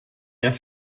der